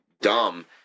dumb